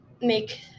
make